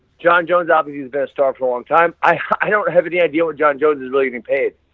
john jones obvious he is best star for a long time, i don't have any idea what john jones is really getting paid.